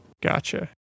Gotcha